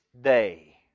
day